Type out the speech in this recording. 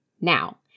now